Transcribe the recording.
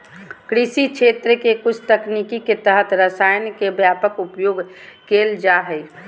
कृषि क्षेत्र के कुछ तकनीक के तहत रसायन के व्यापक उपयोग कैल जा हइ